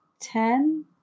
ten